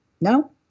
No